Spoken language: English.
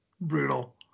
Brutal